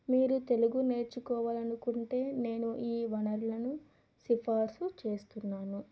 మీరు తెలుగు నేర్చుకోవాలనుకుంటే నేను ఈ వనరులను సిఫార్సు చేస్తున్నాను